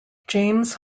james